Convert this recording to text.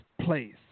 place